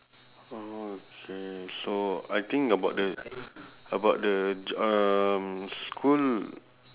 okay so I think about the about the j~ um school